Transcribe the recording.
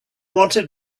wanted